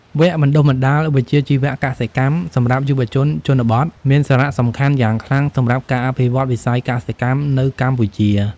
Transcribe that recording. វគ្គបណ្តុះបណ្តាលវិជ្ជាជីវៈកសិកម្មសម្រាប់យុវជនជនបទមានសារៈសំខាន់យ៉ាងខ្លាំងសម្រាប់ការអភិវឌ្ឍវិស័យកសិកម្មនៅកម្ពុជា។